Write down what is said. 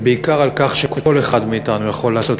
ובעיקר על כך שכל אחד מאתנו יכול לעשות